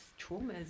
traumas